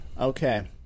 Okay